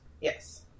Yes